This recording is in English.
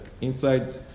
inside